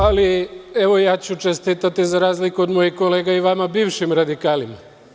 Ali, evo, ja ću čestitati, za razliku od mojih kolega, i vama, bivšim radikalima.